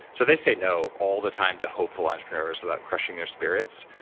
so, they say no all the time to hopeful entrepreneurs without crushing their spirits.